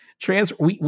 transfer